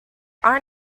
are